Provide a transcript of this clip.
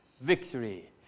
victory